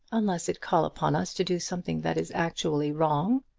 unless it call upon us to do something that is actually wrong.